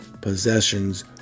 possessions